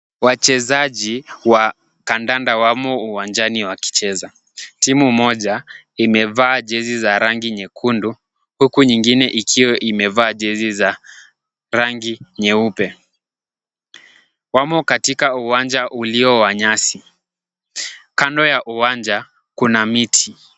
Wachezaji wa kandanda wamo uwanjani wakicheza. Timu moja imevaa jezi za rangi nyekundu huku nyingine ikiwa imevaa jezi za rangi nyeupe. Wamo katika uwanja ulio wa nyasi. Kando ya uwanja kuna miti.